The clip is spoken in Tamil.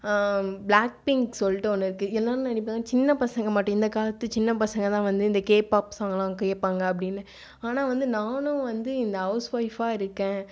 பிளாக் பிங்க் சொல்லிட்டு ஒன்று இருக்குது என்னனு சின்ன பசங்க மட்டும் இந்த காலத்து சின்ன பசங்க தான் வந்து கேபாப் சாங்லாம் கேட்பாங்க அப்படினு ஆனால் வந்து நானும் வந்து இந்த ஹவுஸ்வைஃப்பாக இருக்கேன்